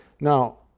now,